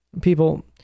People